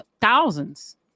thousands